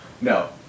No